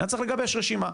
היה צריך לגבש רשימה,